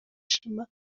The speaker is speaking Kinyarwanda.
ishema